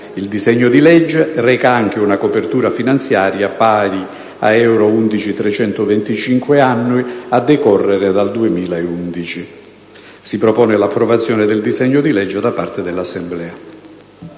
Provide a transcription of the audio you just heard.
Il disegno di legge reca una copertura finanziaria pari a euro 11.325 annui a decorrere dal 2011. La Commissione propone l'approvazione del disegno di legge da parte dell'Assemblea